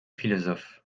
philosophes